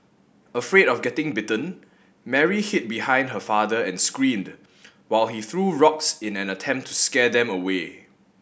afraid of getting bitten Mary hid behind her father and screamed while he threw rocks in an attempt to scare them away